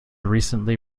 recently